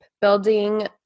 building